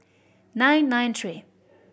nine nine three